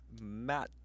Matt